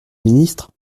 ministre